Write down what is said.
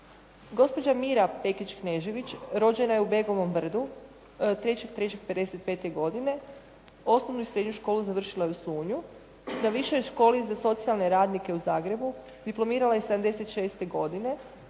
Gospođa Mira Pekić-Knežević rođena je u Begovom Brdu 3.3.1955. godine. Osnovnu i srednju školu završila je u Slunju. Na Višoj školi za socijalne radnike u Zagrebu diplomirala je 1976. godine